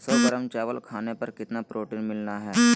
सौ ग्राम चावल खाने पर कितना प्रोटीन मिलना हैय?